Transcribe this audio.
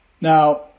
Now